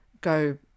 go